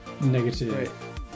Negative